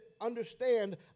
understand